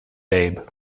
babe